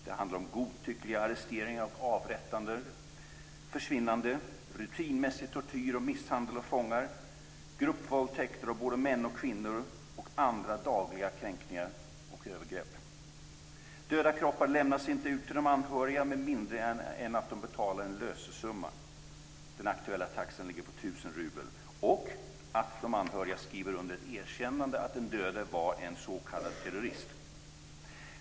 Det handlar om godtyckliga arresteringar och avrättningar, försvinnanden, rutinmässig tortyr och misshandel av fångar, gruppvåldtäkter av både män och kvinnor och andra dagliga kränkningar och övergrepp. Döda kroppar lämnas inte ut till de anhöriga med mindre än att de betalar en lösensumma - den aktuella taxan ligger på 1 000 rubel - och att de anhöriga skriver under ett erkännande att den döde var en s.k. terrorist.